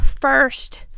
first